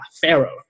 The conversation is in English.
Pharaoh